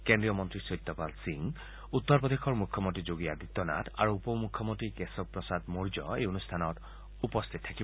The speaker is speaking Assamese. কেজ্ৰীয় মন্ত্ৰী সত্যপাল সিং উত্তৰ প্ৰদেশৰ মুখ্যমন্ত্ৰী যোগী আদিত্য নাথ আৰু উপ মুখ্যমন্ত্ৰী কেশৱ প্ৰসাদ মৌৰ্য এই অনুষ্ঠানত উপস্থিত থাকিব